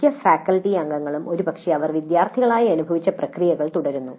മിക്ക ഫാക്കൽറ്റി അംഗങ്ങളും ഒരുപക്ഷേ അവർ വിദ്യാർത്ഥികളായി അനുഭവിച്ച പ്രക്രിയകൾ പിന്തുടരുന്നു